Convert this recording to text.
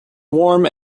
warm